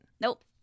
Nope